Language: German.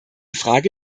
frage